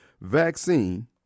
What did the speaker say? vaccine